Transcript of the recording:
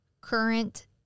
Current